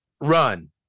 run